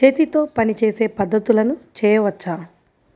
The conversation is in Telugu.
చేతితో పనిచేసే పద్ధతులను చేయవచ్చా?